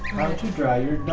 to dry your